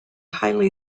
highly